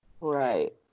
Right